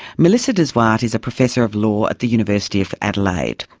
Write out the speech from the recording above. melissa de zwart is a professor of law at the university of adelaide.